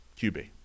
QB